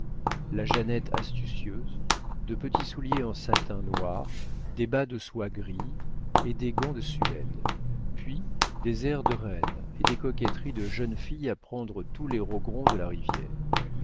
la jeannette astucieuse de petits souliers en satin noir des bas de soie gris et des gants de suède puis des airs de reine et des coquetteries de jeune fille à prendre tous les rogron de la rivière